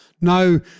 no